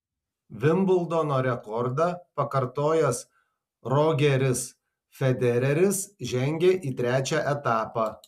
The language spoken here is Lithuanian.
vimbldono rekordą pakartojęs rogeris federeris žengė į trečią etapą